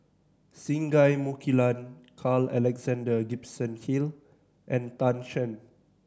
Singai Mukilan Carl Alexander Gibson Hill and Tan Shen